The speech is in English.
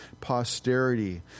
posterity